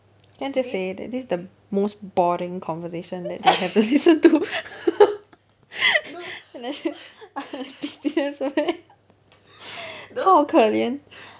can I just say that this is the most boring conversation that they have to listen to 好可怜